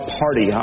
party